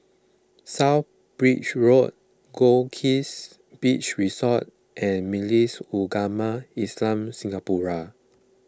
South Bridge Road Goldkist Beach Resort and Majlis Ugama Islam Singapura